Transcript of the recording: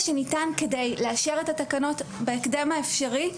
שניתן כדי לאשר את התקנות בהקדם האפשרי,